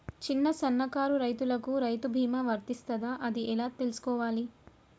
చిన్న సన్నకారు రైతులకు రైతు బీమా వర్తిస్తదా అది ఎలా తెలుసుకోవాలి?